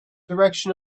direction